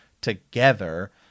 together